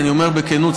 אני אומר בכנות,